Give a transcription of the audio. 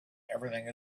everything